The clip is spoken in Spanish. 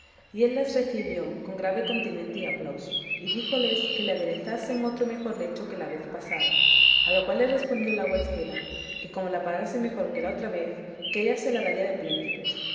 y él las recibió con grave continente y aplauso y díjoles que le aderezasen otro mejor lecho que la vez pasada a lo cual le respondió la huéspeda que como la pagase mejor que la otra vez que ella se la daría de príncipes